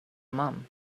mum